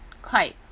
quite